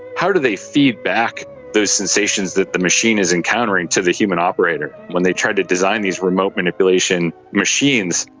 how do they feed back those sensations that the machine is encountering to the human operator. when they tried to design these remote manipulation machines,